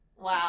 Wow